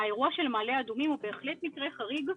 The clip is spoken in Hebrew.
האירוע של מעלה אדומים הוא בהחלט מקרה חריג,